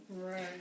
Right